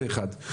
זה אחד.